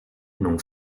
non